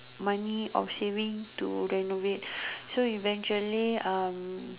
money of saving to renovate so eventually um